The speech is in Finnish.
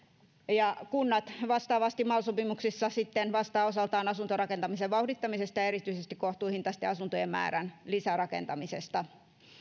kunnat vastaavasti mal sopimuksissa vastaavat osaltaan asuntorakentamisen vauhdittamisesta ja erityisesti kohtuuhintaisten asuntojen lisärakentamisesta